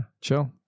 Chill